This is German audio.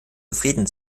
zufrieden